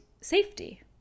safety